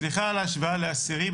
סליחה על ההשוואה לאסירים,